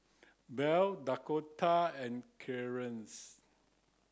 Bell Dakoda and Clearence